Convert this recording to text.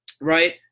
right